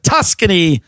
Tuscany